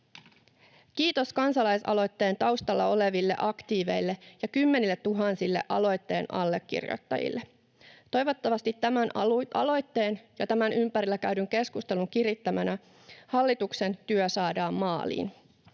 Kiitos kansalaisaloitteen taustalla oleville aktiiveille ja kymmenilletuhansille aloitteen allekirjoittajille! Toivottavasti tämän aloitteen ja tämän ympärillä käydyn keskustelun kirittämänä hallituksen työ saadaan maaliin